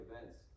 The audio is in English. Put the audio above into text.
events